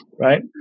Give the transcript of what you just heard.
right